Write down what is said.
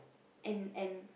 and and